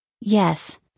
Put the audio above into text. Yes